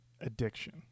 Addiction